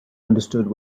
understood